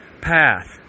path